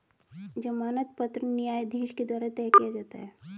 जमानत पत्र न्यायाधीश के द्वारा तय किया जाता है